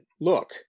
look